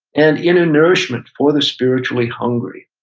and inner nourishment for the spiritually hungry.